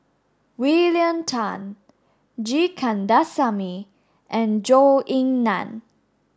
William Tan G Kandasamy and Zhou Ying Nan